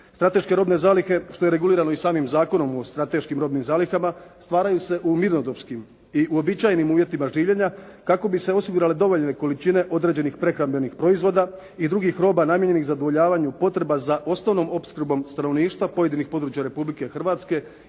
Strateške robne zalihe što je regulirano i samim Zakonom o strateškim robnim zalihama stvaraju se u mirnodopskim i uobičajenim uvjetima življenja kako bi se osigurale dovoljne količine određenih prehrambenih proizvoda i drugih roba namijenjenih zadovoljavanju potreba za osnovnom opskrbom stanovništva pojedinih područja Republike Hrvatske